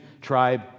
tribe